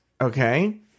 okay